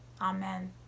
Amen